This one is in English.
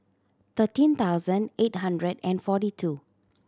thirteen thousand eight hundred and forty two